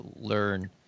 learn